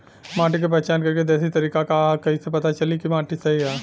माटी क पहचान करके देशी तरीका का ह कईसे पता चली कि माटी सही ह?